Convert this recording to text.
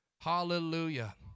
Hallelujah